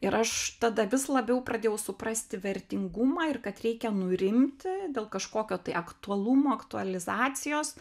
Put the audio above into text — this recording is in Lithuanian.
ir aš tada vis labiau pradėjau suprasti vertingumą ir kad reikia nurimti dėl kažkokio tai aktualumo aktualizacijos